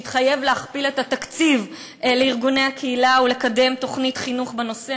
שהתחייב להכפיל את התקציב לארגוני הקהילה ולקדם תוכנית חינוך בנושא,